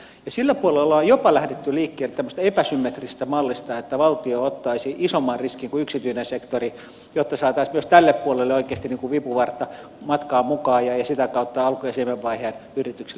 sillä puolella on jopa lähdetty liikkeelle tämmöisestä epäsymmetrisestä mallista että valtio ottaisi isomman riskin kuin yksityinen sektori jotta saataisiin myös tälle puolelle oikeasti vipuvartta matkaan mukaan ja sitä kautta alku ja siemenvaiheen yrityksille rahoitusta